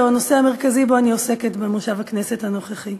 זהו הנושא המרכזי שבו אני עוסקת במושב הכנסת הנוכחי.